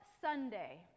Sunday